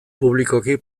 publikoki